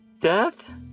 death